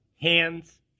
hands